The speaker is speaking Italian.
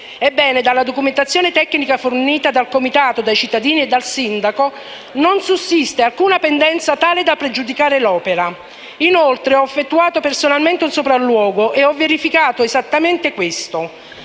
Ebbene, dalla documentazione tecnica fornita dal comitato, dai cittadini e dal sindaco non sussiste alcuna pendenza tale da pregiudicare l'opera. Inoltre, ho effettuato personalmente un sopralluogo e ho verificato esattamente questo,